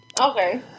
Okay